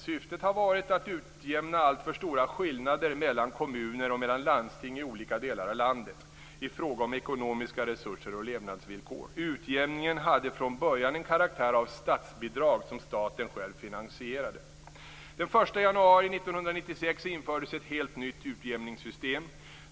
Syftet har varit att utjämna alltför stora skillnader mellan kommuner och mellan landsting i olika delar av landet i fråga om ekonomiska resurser och levnadsvillkor. Utjämningen hade från början en karaktär av statsbidrag som staten själv finansierade. Den 1 januari 1996 infördes ett helt nytt utjämningssystem.